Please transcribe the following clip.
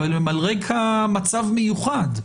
אבל הם על רקע מצב מיוחד,